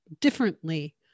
differently